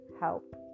help